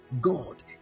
god